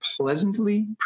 pleasantly